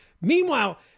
Meanwhile